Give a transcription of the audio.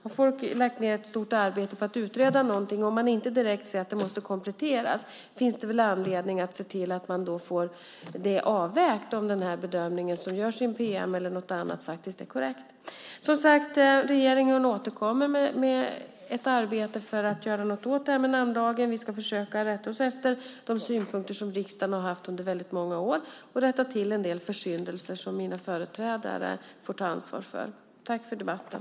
Har man lagt ned ett stort arbete på att utreda något och inte direkt ser att det måste kompletteras finns det väl anledning att se till att få avvägt om den bedömning som görs är korrekt. Som sagt, regeringen återkommer med ett arbete för att göra något åt namnlagen. Vi ska försöka rätta oss efter de synpunkter som riksdagen har haft under många år och rätta till en del försyndelser som mina företrädare får ta ansvar för. Tack för debatten!